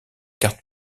carte